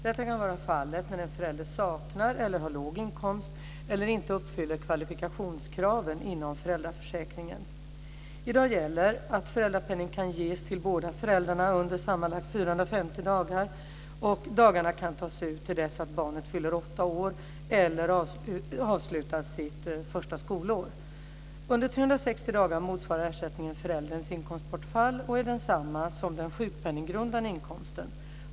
Detta kan vara fallet när en förälder saknar eller har låg inkomst eller inte uppfyller kvalifikationskraven inom föräldraförsäkringen. I dag gäller att föräldrapenning kan ges till båda föräldrarna under sammanlagt 450 dagar, och dagarna kan tas ut till dess att barnet fyller 8 år eller avslutar sitt första skolår. Under 360 dagar motsvarar ersättningen förälderns inkomstbortfall och är densamma som den sjukpenninggrundande inkomsten.